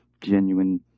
genuine